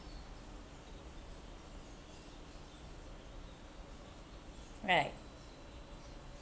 right